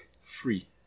free